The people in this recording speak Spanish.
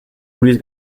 luis